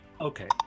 Okay